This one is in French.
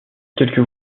quelques